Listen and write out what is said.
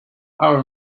our